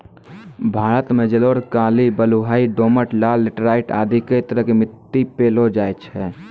भारत मॅ जलोढ़, काली, बलुआही, दोमट, लाल, लैटराइट आदि कई तरह के मिट्टी पैलो जाय छै